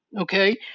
okay